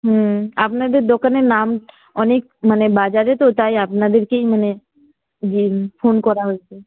হুম আপনাদের দোকানের নাম অনেক মানে বাজারে তো তাই আপনাদেরকেই মানে ফোন করা হয়েছে